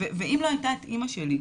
ואם לא הייתה לי את אמא שלי,